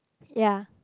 ya